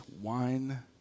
wine